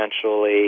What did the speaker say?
essentially